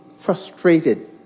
frustrated